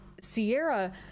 sierra